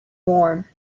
warm